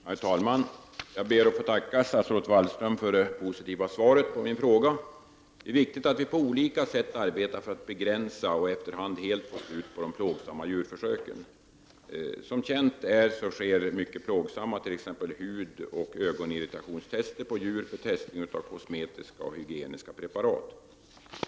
Herr talman! Jag ber att få tacka statsrådet Wallström för det positiva svaret på min fråga. Det är viktigt att vi på olika sätt arbetar för att begränsa och efter hand helt få slut på de plågsamma djurförsöken. Som bekant sker t.ex. mycket plågsamma hudoch ögonirritationstester på djur vid testning av kosmetiska och hygieniska preparat.